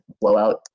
Blowout